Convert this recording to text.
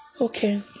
Okay